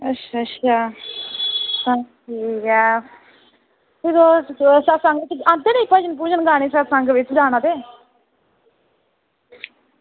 अच्छा अच्छा तां ठीक ऐ फिर सतसंग बिच आंदे नि भजन भुजन गाने सतसंग बिच जाना ते